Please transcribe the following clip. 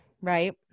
right